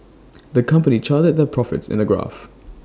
the company charted their profits in A graph